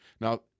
Now